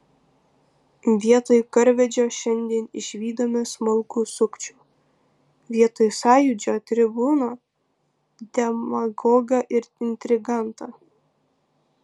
vietoj karvedžio šiandien išvydome smulkų sukčių vietoj sąjūdžio tribūno demagogą ir intrigantą